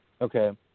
Okay